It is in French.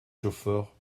chauffeur